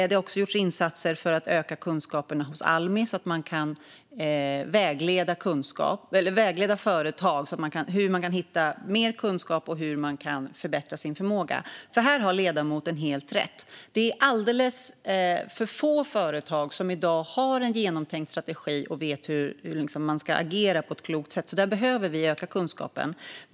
Det har också gjorts insatser för att öka kunskaperna hos Almi så att företag kan vägledas att hitta mer kunskap och förbättra sin förmåga. Här har ledamoten helt rätt. Det är alldeles för få företag som i dag har en genomtänkt strategi och vet hur man ska agera på ett klokt sätt. Där behöver vi öka kunskapen.